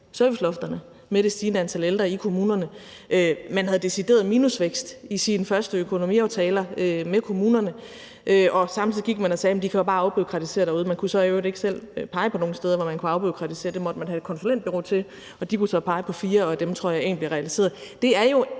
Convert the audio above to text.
servicelofterne følge med det stigende antal ældre i kommunerne. Man havde decideret minusvækst i sine første økonomiaftaler med kommunerne, og samtidig gik man og sagde, at de jo bare kunne afbureaukratisere derude, men man kunne så i øvrigt ikke selv pege på nogen steder, hvor der kunne afbureaukratiseres – det måtte man have et konsulentbureau til, og de kunne så pege på fire steder, og af dem tror jeg at afbureaukratisering